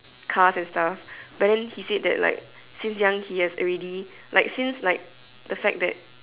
cars and stuff but then he said that like since young he has already like since like the fact that